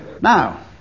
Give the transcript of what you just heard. now